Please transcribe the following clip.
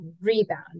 rebound